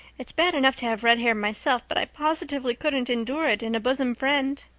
it's bad enough to have red hair myself, but i positively couldn't endure it in a bosom friend.